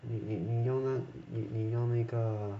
你你你你你用那个